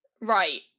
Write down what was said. Right